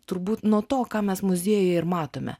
turbūt nuo to ką mes muziejuje ir matome